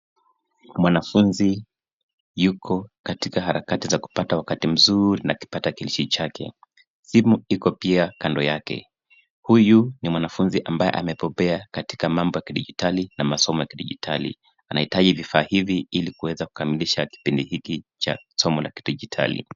Mwanafunzi yuko katika harakati za kupata wakati mzuri na kipakatalishi chake. Simu iko pia kando yake. Huyu ni mwanafunzi ambaye amebobea katika mambo ya kidijitali na masomo ya kidijitali. Anahitaji vifaa hivi ili kuweza kukamilisha kipindi hiki cha masomo ya kidijitali.